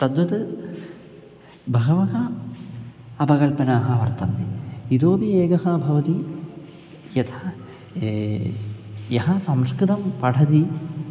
तद्वत् बहवः अपकल्पनाः वर्तन्ते इतोपि एकः भवति यथा यः संस्कृतं पठति